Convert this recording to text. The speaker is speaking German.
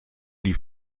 die